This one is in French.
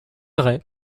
vrai